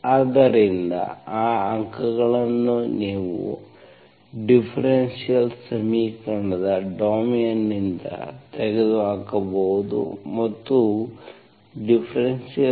ಆದ್ದರಿಂದ ಆ ಅಂಕಗಳನ್ನು ನೀವು ಡಿಫರೆನ್ಷಿಯಲ್ ಸಮೀಕರಣದ ಡೊಮೇನ್ನಿಂದ ತೆಗೆದುಹಾಕಬಹುದು ಮತ್ತು ಡಿಫರೆನ್ಷಿಯಲ್